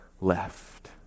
left